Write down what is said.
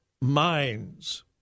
minds